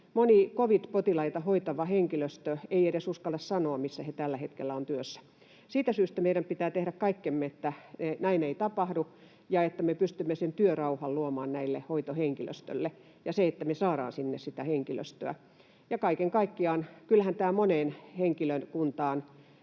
moni covid-potilaita hoitava henkilö ei edes uskalla sanoa, missä hän tällä hetkellä on työssä. Siitä syystä meidän pitää tehdä kaikkemme, että näin ei tapahdu ja että me pystymme työrauhan luomaan tälle hoitohenkilöstölle ja että me saadaan sinne sitä henkilöstöä. Kyllähän tämä kaiken kaikkiaan